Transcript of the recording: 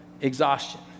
exhaustion